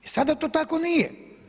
I sada to tako nije.